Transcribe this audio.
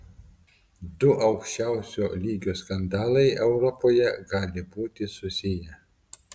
du aukščiausio lygio skandalai europoje gali būti susiję